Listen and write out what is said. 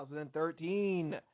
2013